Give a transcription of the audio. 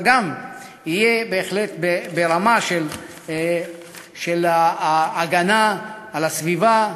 אבל גם יהיה בהחלט ברמה של ההגנה על הסביבה,